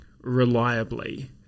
reliably